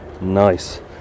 Nice